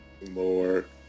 Lord